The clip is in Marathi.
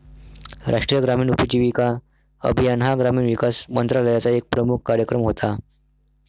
राष्ट्रीय ग्रामीण उपजीविका अभियान हा ग्रामीण विकास मंत्रालयाचा एक प्रमुख कार्यक्रम होता